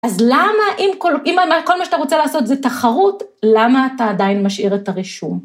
אז למה אם כל, אה... אם כל מה שאתה רוצה לעשות זה תחרות, למה אתה עדיין משאיר את הרישום?